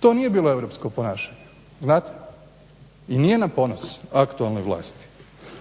To nije bilo europsko ponašanje, znate. I nije na ponos aktualnoj vlasti,